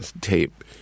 tape